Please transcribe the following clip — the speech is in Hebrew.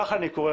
לך אני קורא,